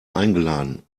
eingeladen